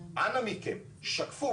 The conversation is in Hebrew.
אז אנא מכם, שקפו.